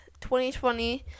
2020